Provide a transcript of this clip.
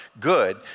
Good